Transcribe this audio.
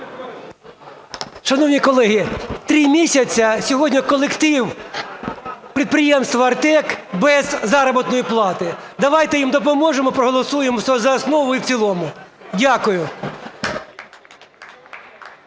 Шановні колеги! Сьогодні 3 місяці вже, як колектив підприємства "Артек" без заробітної плати. Давайте їм допоможемо і проголосуємо за основу і в цілому. Дякую.